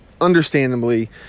understandably